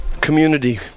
Community